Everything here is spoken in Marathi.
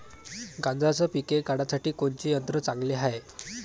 गांजराचं पिके काढासाठी कोनचे यंत्र चांगले हाय?